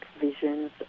visions